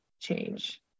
change